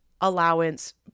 allowance